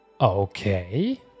Okay